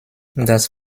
das